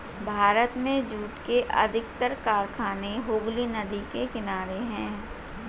भारत में जूट के अधिकतर कारखाने हुगली नदी के किनारे हैं